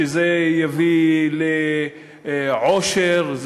זה יביא לעושר,